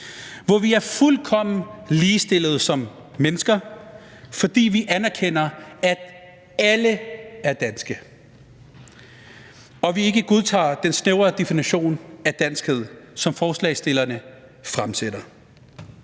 hvor vi er fuldkommen ligestillede som mennesker, fordi vi anerkender, at alle er danske, og ikke godtager den snævre definition af danskhed, som forslagsstillerne fremsætter.